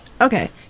Okay